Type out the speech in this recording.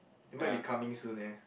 it might be coming soon eh